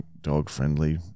dog-friendly